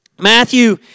Matthew